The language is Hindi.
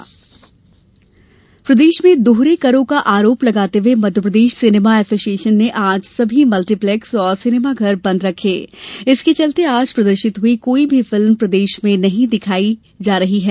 सिनेमा बंद प्रदेश में दोहरे करों का आरोप लगाते हुए मध्यप्रदेश सिनेमा ऐसोसिएशन ने आज सभी मल्टीप्लेक्स और सिनेमाघर बंद रखे इसके चलते आज प्रदर्शित हुई कोई भी फिल्म प्रदेश में नहीं दिखाई जा रही है